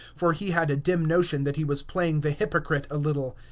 for he had a dim notion that he was playing the hypocrite a little.